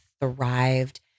thrived